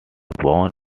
born